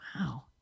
Wow